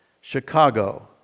Chicago